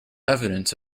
evidence